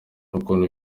ukuntu